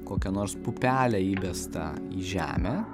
kokia nors pupelę įbestą į žemę